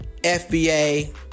FBA